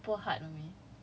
your laptop semua kan